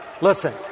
Listen